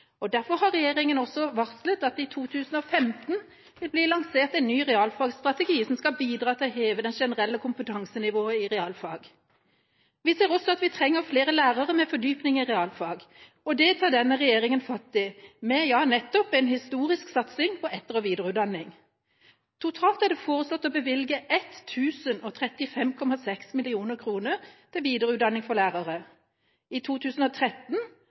og derfor har regjeringa også varslet at det i 2015 vil bli lansert en ny realfagsstrategi, som skal bidra til å heve det generelle kompetansenivået i realfag. Vi ser også at vi trenger flere lærere med fordypning i realfag. Det tar denne regjeringa fatt i, med – ja nettopp – en historisk satsing på etter- og videreutdanning. Totalt er det foreslått å bevilge 1 035,6 mill. kr til videreutdanning for lærere. I 2013